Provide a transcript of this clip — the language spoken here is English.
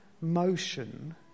motion